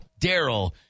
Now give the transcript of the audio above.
Daryl